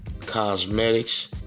Cosmetics